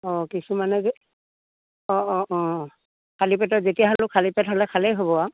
অঁ কিছুমানে যে অঁ অঁ অঁ অঁ খালি পেটত যেতিয়া খালি পেট হ'লে খালেই হ'ব আৰু